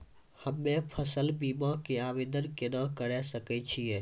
हम्मे फसल बीमा के आवदेन केना करे सकय छियै?